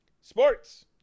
sports